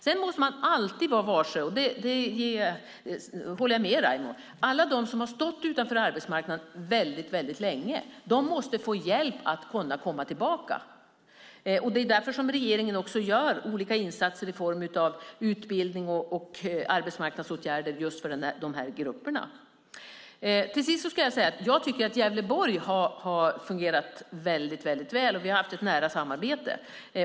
Jag håller med Raimo om att alla de som har stått utanför arbetsmarknaden väldigt länge måste få hjälp att komma tillbaka. Det är därför regeringen också gör olika insatser i form av utbildning och arbetsmarknadsåtgärder för de här grupperna. Jag tycker att Gävleborg har fungerat väldigt väl. Vi har haft ett nära samarbete.